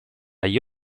agli